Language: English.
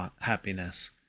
happiness